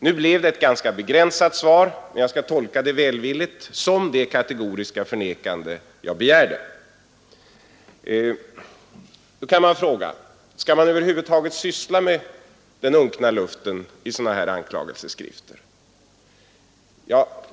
Nu blev det ett ganska begränsat svar, men jag skall välvilligt tolka svaret som det kategoriska förnekande jag begärde. Nu kan den frågan ställas: Skall man syssla med den unkna luften i sådana här anklagelseskrifter?